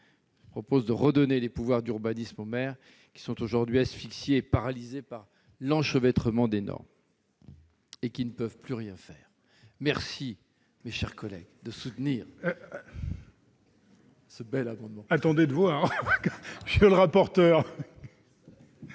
Je propose de rendre des pouvoirs d'urbanisme aux maires, qui sont aujourd'hui asphyxiés et paralysés par l'enchevêtrement des normes et qui ne peuvent plus rien faire. Merci, mes chers collègues, de soutenir ce bel amendement ! Quel est l'avis de la